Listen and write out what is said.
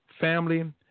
family